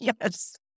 Yes